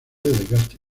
desgaste